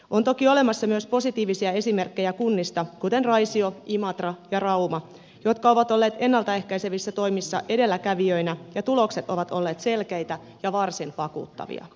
on toki olemassa myös positiivisia esimerkkejä kunnista kuten raisio imatra ja rauma jotka ovat olleet ennalta ehkäisevissä toimissa edelläkävijöinä ja tulokset ovat olleet selkeitä ja varsin vakuuttavia